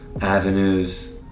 avenues